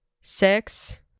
six